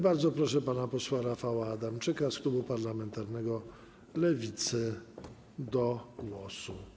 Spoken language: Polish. Bardzo proszę pana posła Rafała Adamczyka z klubu parlamentarnego Lewicy o zabranie głosu.